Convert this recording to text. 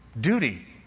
duty